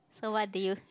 so what did you